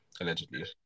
allegedly